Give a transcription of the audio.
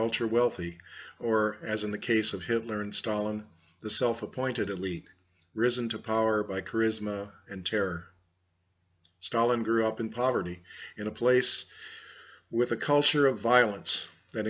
ultra wealthy or as in the case of hitler and stalin the self appointed elite risen to power by charisma and tear stalin grew up in poverty in a place with a culture of violence tha